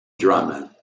drummond